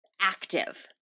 active